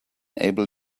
able